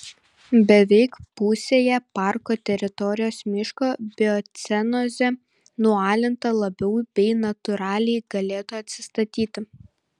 beveik pusėje parko teritorijos miško biocenozė nualinta labiau bei natūraliai galėtų atsistatyti